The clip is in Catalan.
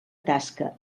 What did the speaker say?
tasca